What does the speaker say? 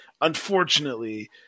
unfortunately